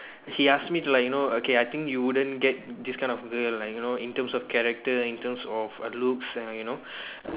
he ask me to like you know okay I think you wouldn't get this kind of girl lah you know in terms of character in terms of uh looks you know